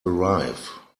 arrive